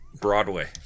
Broadway